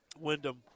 Wyndham